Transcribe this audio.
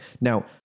now